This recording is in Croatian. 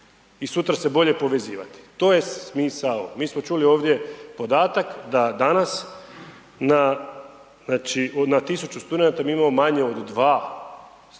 i sutra se bolje povezivati. To je smisao. Mi smo čuli ovdje podatak da danas na tisuću studenata mi imamo manje od dva strana,